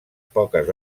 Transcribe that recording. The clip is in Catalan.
poques